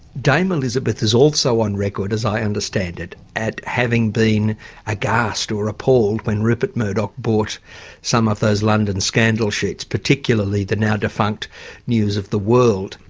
dame elisabeth is also on record as i understand it, at having been aghast or appalled when rupert murdoch bought some of those london scandal sheets, particularly the now-defunct news of the world.